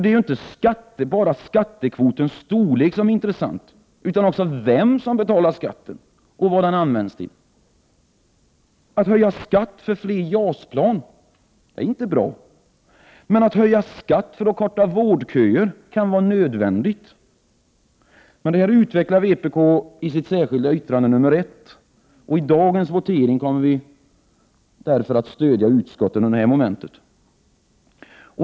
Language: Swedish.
Det är inte bara skattekvotens storlek som är intressant, utan också vem som betalar skatten och vad den används till. Att höja skatt för att få fler JAS-plan är inte bra, men att höja skatt för att korta vårdköer kan vara nödvändigt. Men detta utvecklar vpk i sitt särskilda yttrande nr 1. I dagens votering kommer vi att stödja utskottet under detta moment.